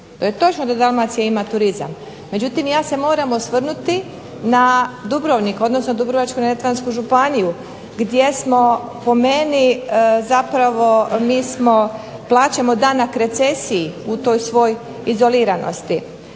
to je točno da Dalmacija ima turizam, međutim, ja se moram osvrnuti na Dubrovnik, odnosno Dubrovačko-Neretvansku županiju gdje smo po meni zapravo nismo plaćamo danak recesiji u toj svoj izoliranosti.